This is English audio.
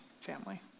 family